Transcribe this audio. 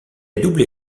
doublé